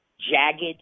Jagged